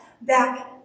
back